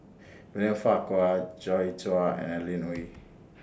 William Farquhar Joi Chua and Adeline Ooi